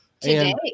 Today